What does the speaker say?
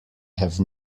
have